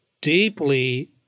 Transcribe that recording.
deeply